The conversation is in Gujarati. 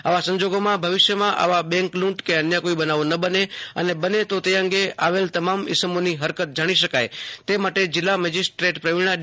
આવા સંજોગોમાં ભવિષ્યમાં આવા બેંક લુંટ કે અન્ય કોઇ બનાવો ન બને અને બને તો તે અંગે આવેલ તમામ ઇસમોની હરકત જાણી શકાય માટે જિલ્લા મેજિસ્ટ્રેટશ્રી પ્રવીણા ડી